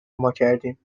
ماکردیم